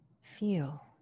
feel